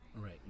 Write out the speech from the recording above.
right